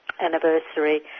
anniversary